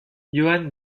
johannes